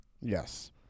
Yes